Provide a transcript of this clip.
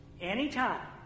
Anytime